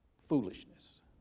foolishness